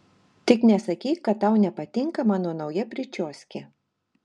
tik nesakyk kad tau nepatinka mano nauja pričioskė